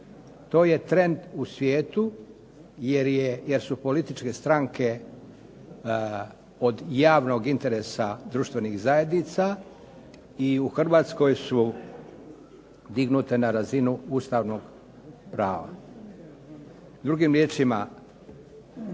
To je trend u svijetu, jer su političke stranke od javnog interesa društvenih zajednica i u Hrvatskoj su dignute na razinu ustavnog prava.